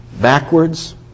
backwards